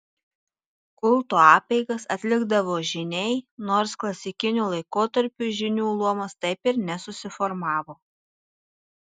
kulto apeigas atlikdavo žyniai nors klasikiniu laikotarpiu žynių luomas taip ir nesusiformavo